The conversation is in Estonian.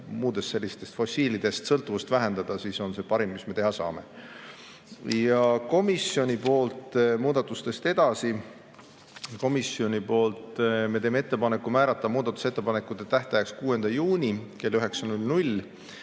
muudest sellistest fossiilidest sõltuvust vähendada, siis on see parim, mis me teha saame. Komisjoni tehtud muudatustest edasi. Komisjon teeb ettepaneku määrata muudatusettepanekute tähtajaks 6. juuni kell 9.